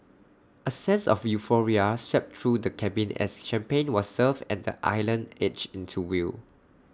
A sense of euphoria swept through the cabin as champagne was served and the island edged into view